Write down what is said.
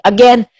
Again